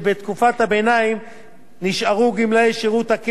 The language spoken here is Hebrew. נשארו גמלאי שירות הקבע צמודים לפעילים.